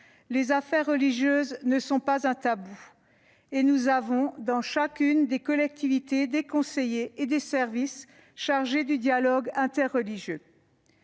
les affaires religieuses ne sont pas un tabou. Dans chacune des collectivités, des conseillers et des services sont chargés du dialogue interreligieux.